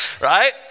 right